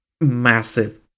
massive